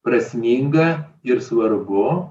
prasminga ir svarbu